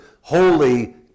holy